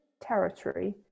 territory